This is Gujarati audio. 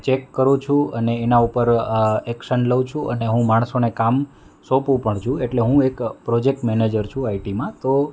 ચેક કરું છું અને એનાં ઉપર એક્શન લંઉ છું અને હું માણસોને કામ સોંપુ પણ છું એટલે હું એક પ્રોજેક્ટ મેનેજર છું આઇટીમાં તો